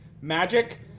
magic